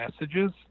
messages